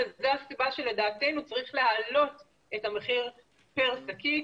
וזו הסיבה שלדעתנו צריך להעלות את המחיר פר שקית.